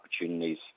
opportunities